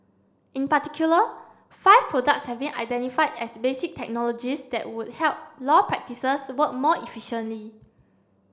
in particular five products have been identified as basic technologies that would help law practices work more efficiently